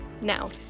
Now